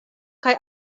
kaj